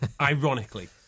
Ironically